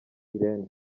irene